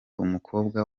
umukobwa